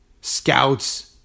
scouts